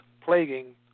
plaguing